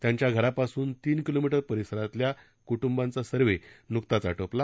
त्यांच्या घरापासून तीन किमी परिसरातील कुटुंबांचा सर्व्हे नुकताच आटोपला